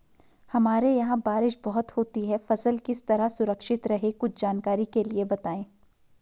हमारे यहाँ बारिश बहुत होती है फसल किस तरह सुरक्षित रहे कुछ जानकारी के लिए बताएँ?